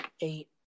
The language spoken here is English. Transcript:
eight